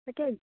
তাকে